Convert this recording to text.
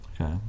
Okay